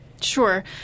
Sure